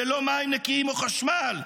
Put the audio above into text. ללא מים נקיים או חשמל,